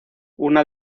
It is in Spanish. una